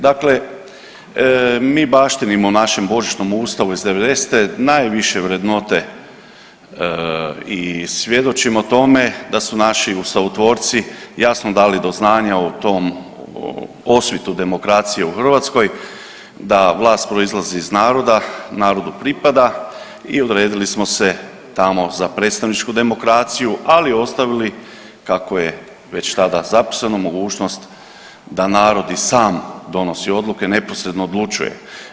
Dakle, mi baštinimo našem božićnom ustavu iz '90.-te, najviše vrednote i svjedočimo tome da su naši ustavotvorci jasno dali do znanja o tom, o osvitu demokracije u Hrvatskoj da vlast proizlazi iz naroda, narodu pripada i odredili smo se tamo za predstavničku demokraciju, ali ostavili kako je već tada zapisano, mogućnost da narod i sam donosi odluke, neposredno odlučuje.